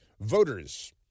voters